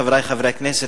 חברי חברי הכנסת,